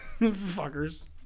fuckers